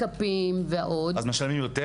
אז משלמים יותר?